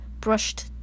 brushed